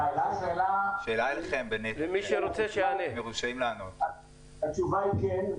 התשובה למכובדי היא כן.